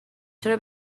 چرا